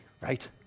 right